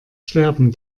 sterben